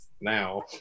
Now